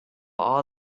all